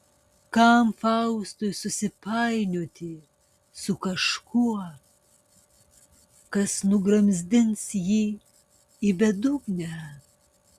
kam faustui susipainioti su kažkuo kas nugramzdins jį į bedugnę